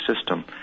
system